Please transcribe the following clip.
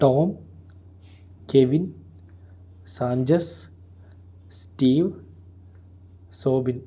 Tom Kevin Sanchez Steve Soubin